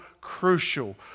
crucial